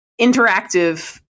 interactive